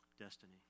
destiny